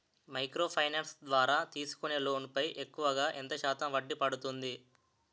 Micro finance ద్వారా తీసుకునే loan పై ఎక్కువుగా ఎంత శాతం వడ్డీ పడుతుంది?